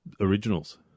originals